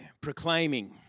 proclaiming